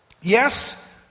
Yes